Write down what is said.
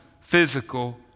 physical